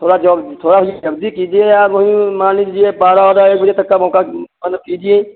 थोड़ा थोड़ा जल्दी कीजिए यार वही मान लीजिए बारह ओरा एक बजे तक का मौका मनो कीजिए